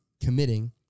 committing